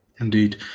Indeed